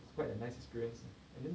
it's quite a nice experience and then